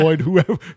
whoever